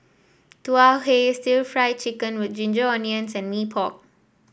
Tau Huay stir Fry Chicken with Ginger Onions and Mee Pok